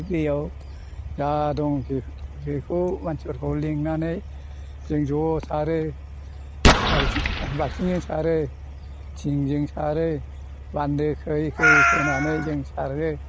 दैआव जा दं बे बेखौ मानसिफोरखौ लिंनानै जों ज' सारो बाल्थि बाल्थिंजों सारो थिंजों सारो बान्दो खोयै खोयै खोनानै जों सारो